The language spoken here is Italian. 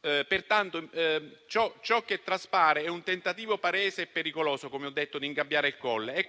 Pertanto ciò che traspare è un tentativo palese e pericoloso di ingabbiare il Colle.